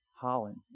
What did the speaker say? Holland